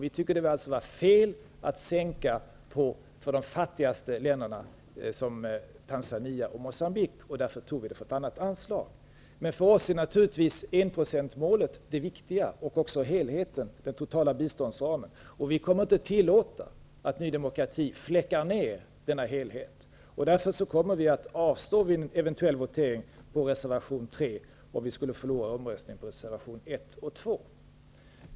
Vi tycker att det är fel att sänka anslaget för de fattigaste länderna Tanzania och Moçambique, och därför har vi tagit de pengarna från ett annat anslag. För oss är naturligtvis enprocentsmålet viktigt och även helheten när det gäller den totala biståndsramen. Vi kommer inte att tillåta att Ny demokrati fläckar ned denna helhet. Därför kommer vi att vid en eventuell votering att avstå från att rösta på reservation 3 om vi förlorar omröstningen angående reservationerna 1 och 2.